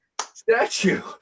statue